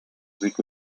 rico